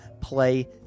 Play